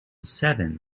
seven